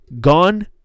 gone